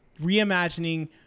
reimagining